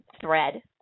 thread